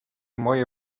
moje